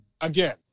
again